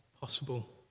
possible